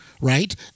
right